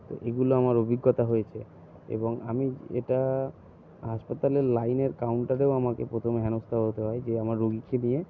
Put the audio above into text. তো এগুলো আমার অভিজ্ঞতা হয়েছে এবং আমি এটা হাসপাতালের লাইনের কাউন্টারেও আমাকে প্রথমে হেনস্থা হতে হয় যে আমার রুগীকে নিয়ে